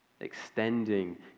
extending